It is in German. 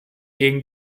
gegen